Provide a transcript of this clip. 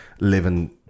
living